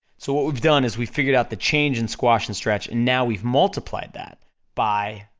so what we've done is we've figured out the change in squash and stretch now we've multiplied that by,